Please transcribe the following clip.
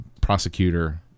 prosecutor